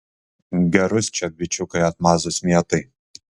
gerus čia bičiukai atmazus mėtai